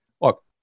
look